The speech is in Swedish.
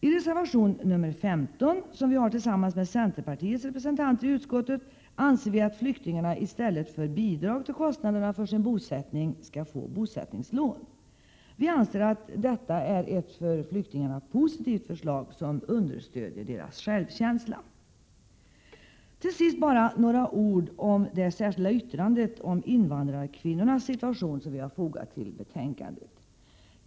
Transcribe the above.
I reservation 15, som vi har avgivit tillsammans med centerpartiets representanter i utskottet, anser vi att flyktingarna i stället för bidrag till kostnaderna för sin bosättning skall få bosättningslån. Vi anser att detta är ett för flyktingarna positivt förslag, som understödjer deras självkänsla. Till sist bara några ord om det särskilda yttrande om invandrarkvinnornas situation som vi har fogat till betänkandet.